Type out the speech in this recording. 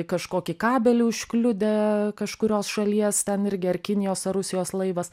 kažkokį kabelį užkliudė kažkurios šalies ten irgi ar kinijos ar rusijos laivas